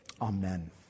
Amen